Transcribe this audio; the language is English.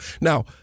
now